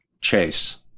chase